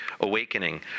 Awakening